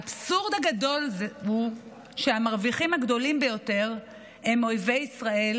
האבסורד הגדול הוא שהמרוויחים הגדולים ביותר הם אויבי ישראל,